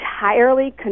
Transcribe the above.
entirely